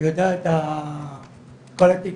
מכיר את כל התיק,